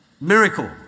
Miracle